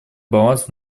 баланс